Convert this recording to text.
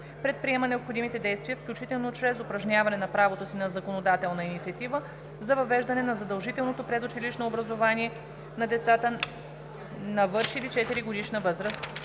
предприема необходимите действия, включително чрез упражняване на правото си на законодателна инициатива, за въвеждане на задължителното предучилищно образование на децата, навършили 4-годишна възраст,